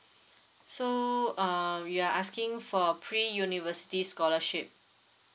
so uh we are asking for a pre university scholarship